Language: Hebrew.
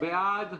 מי בעד?